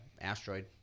asteroid